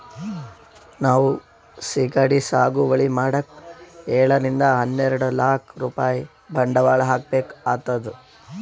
ನಾವ್ ಸಿಗಡಿ ಸಾಗುವಳಿ ಮಾಡಕ್ಕ್ ಏಳರಿಂದ ಹನ್ನೆರಡ್ ಲಾಕ್ ರೂಪಾಯ್ ಬಂಡವಾಳ್ ಹಾಕ್ಬೇಕ್ ಆತದ್